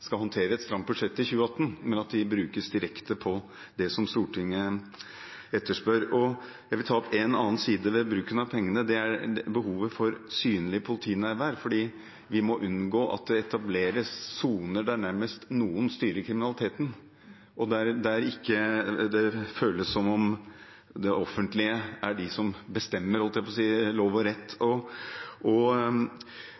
stramt budsjett i 2018, men at de brukes direkte på det som Stortinget etterspør. Jeg vil ta opp en annen side ved bruken av pengene, og det er behovet for synlig politinærvær. Vi må unngå at det etableres soner der noen nærmest styrer kriminaliteten, og der det ikke føles som om det er det offentlige som bestemmer lov og rett. Det har vært snakk om bemanning. Det var en politipost for noen år siden på